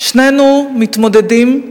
שנינו מתמודדים,